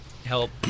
help